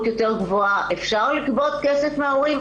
יותר גבוהה אפשר לגבות כסף מההורים.